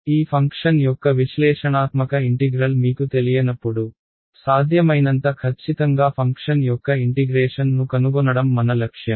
ఈ ఫంక్షన్ యొక్క విశ్లేషణాత్మక ఇంటిగ్రల్ మీకు తెలియనప్పుడు సాధ్యమైనంత ఖచ్చితంగా ఫంక్షన్ యొక్క ఇంటిగ్రేషన్ ను కనుగొనడం మన లక్ష్యం